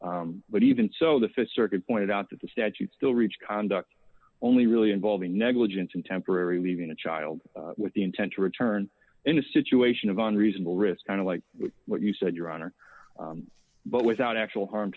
intentional but even so the th circuit pointed out that the statute still reach conduct only really involving negligence and temporary leaving the child with the intent to return in a situation of unreasonable risk kind of like what you said your honor but without actual harm